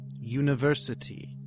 University